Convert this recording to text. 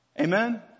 Amen